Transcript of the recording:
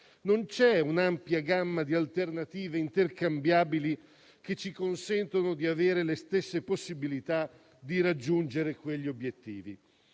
Non c'è un'ampia gamma di alternative intercambiabili che ci consente di avere le stesse possibilità di raggiungere quegli obiettivi.